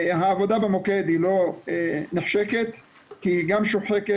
העבודה במוקד היא לא נחשקת כי היא גם שוחקת